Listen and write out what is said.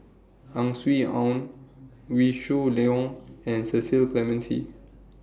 Ang Swee Aun Wee Shoo Leong and Cecil Clementi